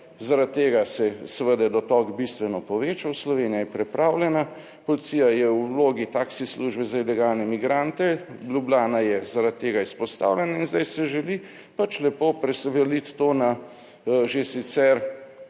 zaradi tega se je seveda dotok bistveno povečal. Slovenija je preplavljena, policija je v vlogi taksi službe za ilegalne migrante, Ljubljana je zaradi tega izpostavljena in zdaj se želi pač lepo preseliti to na že sicer